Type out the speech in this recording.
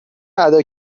ادا